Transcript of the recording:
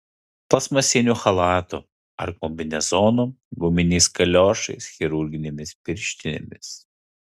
plastmasiniu chalatu ar kombinezonu guminiais kaliošais chirurginėmis pirštinėmis